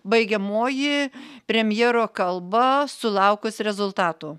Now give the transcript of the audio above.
baigiamoji premjero kalba sulaukus rezultatų